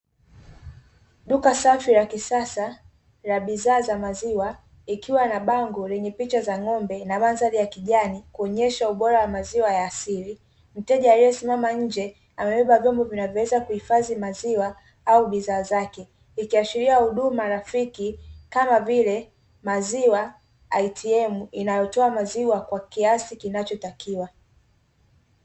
Duka safi la kisasa la bidhaa za maziwa ikiwa na bango lenye picha ya ng'ombe na mandhari ya kijani kuonyesha ubora wa maziwa ya asili. Mteja aliyesimama nje amebeba vyombo vinavyoweza kuhifadhi maziwa au bidhaa zake. Ikiashiria huduma rafiki kama vile: maziwa 'ATM' inayotoa maziwa kwa kiasi kinachotakiwa.